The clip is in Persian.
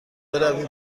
بروی